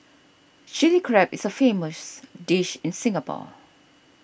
Chilli Crab is a famous dish in Singapore